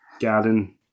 garden